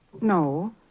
No